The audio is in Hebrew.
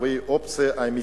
אחרונה, והיא האופציה האמיתית,